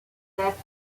sept